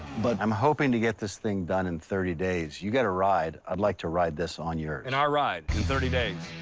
but i'm hoping to get this thing done in thirty days. you got a ride. i'd like to ride this on yours. in our ride in thirty days?